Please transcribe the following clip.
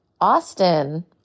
Austin